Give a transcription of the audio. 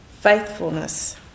faithfulness